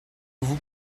vous